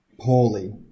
poorly